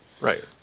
Right